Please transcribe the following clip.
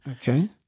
Okay